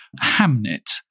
Hamnet